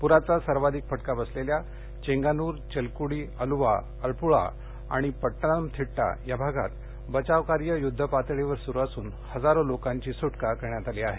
पुराचा सर्वाधिक फटका बसलेल्या चेंगानूर चलकुडी अलुवा अलपुळा आणि पट्टणमथिट्टा भागात बचावकार्य युद्धपातळीवर सुरू असून हजारो लोकांची सुटका करण्यात आली आहे